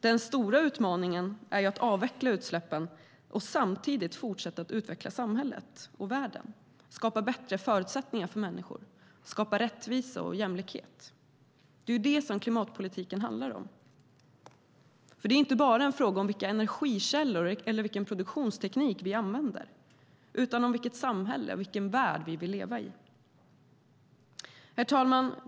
Den stora utmaningen är att avveckla utsläppen och samtidigt fortsätta att utveckla samhället och världen, att skapa bättre förutsättningar för människor och att skapa rättvisa och jämlikhet. Det är det som klimatpolitiken handlar om. Det är inte bara en fråga om vilka energikällor eller vilken produktionsteknik vi använder utan om vilket samhälle och vilken värld vi vill leva i. Herr talman!